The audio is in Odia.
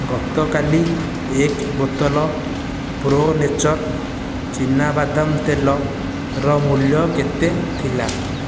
ଗତକାଲି ଏକ ବୋତଲ ପ୍ରୋ ନେଚର୍ ଚୀନାବାଦାମ ତେଲର ମୂଲ୍ୟ କେତେ ଥିଲା